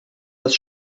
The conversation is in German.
das